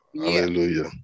Hallelujah